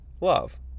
love